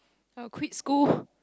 I'll quit school